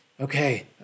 Okay